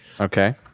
Okay